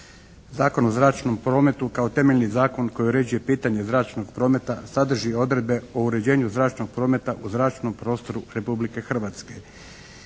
Zakon o zračnom prometu kao temeljni zakon koji uređuje pitanje zračnog prometa sadrži odredbe o uređenju zračnog prometa u zračnom prostoru Republike Hrvatske